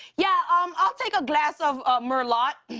yeah, um, i'll take a glass of mer-lot.